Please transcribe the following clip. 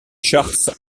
charts